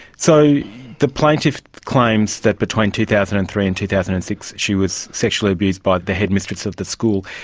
so the plaintiff claims that between two thousand and three and two thousand and six she was sexually abused by the headmistress of the school.